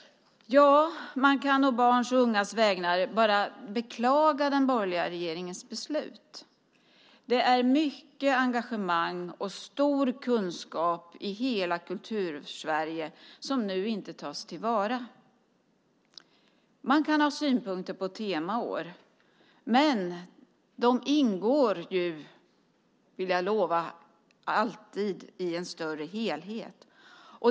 Man kan å barns och ungas vägnar bara beklaga den borgerliga regeringens beslut. Det är mycket engagemang och stor kunskap i hela Kultur-Sverige som nu inte tas till vara. Man kan ha synpunkter på temaår, men de ingår ju, vill jag lova, alltid i en större helhet.